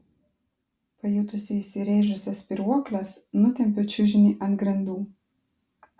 pajutusi įsirėžusias spyruokles nutempiu čiužinį ant grindų